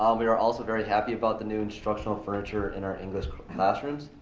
um we are also very happy about the new instructional furniture in our english classrooms.